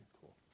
cool